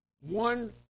One